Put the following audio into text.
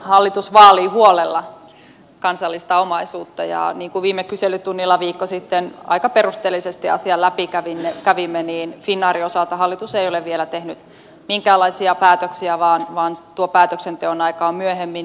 hallitus vaalii huolella kansallista omaisuutta ja niin kuin viime kyselytunnilla viikko sitten aika perusteellisesti asian läpi kävimme finnairin osalta hallitus ei ole vielä tehnyt minkäänlaisia päätöksiä vaan tuon päätöksenteon aika on myöhemmin